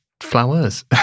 flowers